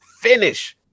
Finish